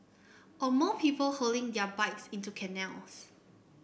or more people hurling their bikes into canals